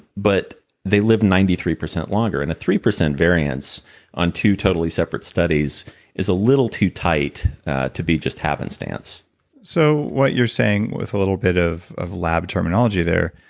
but they lived ninety three percent longer, and a three-percent variance on two totally separate studies is a little too tight to be just happenstance so what you're saying, with a little bit of of lab terminology there,